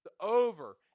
Over